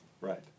Right